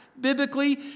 biblically